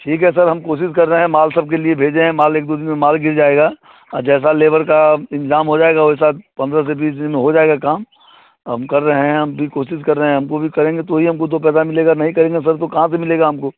ठीक है सर हम कोशिश कर रहे हैं माल सबके लिए भेजे हैं माल एक दो दिन में माल गिर जाएगा और जैसे लेबर का इंतेज़ाम हो जाएगा वैसा पंद्रह से बीस दिन में हो जाएगा काम हम कर रहे हैं हम भी कोशिश कर रहे हमको भी करेंगे तो ही हमको दो पैसा मिलेगा नहीं करेंगे सर तो कहाँ से मिलेगा हमको